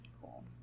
cool